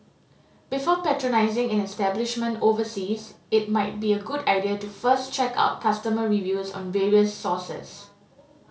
before patronising an establishment overseas it might be a good idea to first check out customer reviews on various sources